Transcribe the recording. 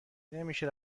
نمیشه